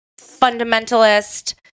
fundamentalist